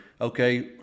Okay